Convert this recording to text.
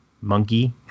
monkey